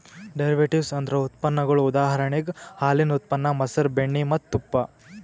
derivatives ಅಂದ್ರ ಉತ್ಪನ್ನಗೊಳ್ ಉದಾಹರಣೆಗ್ ಹಾಲಿನ್ ಉತ್ಪನ್ನ ಮಸರ್, ಬೆಣ್ಣಿ ಮತ್ತ್ ತುಪ್ಪ